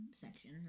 section